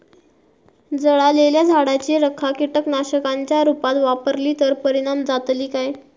जळालेल्या झाडाची रखा कीटकनाशकांच्या रुपात वापरली तर परिणाम जातली काय?